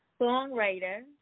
songwriter